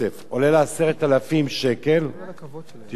עולה לה 10,000 שקל תשמעו,